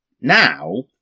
Now